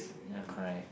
ya correct